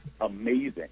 amazing